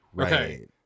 Okay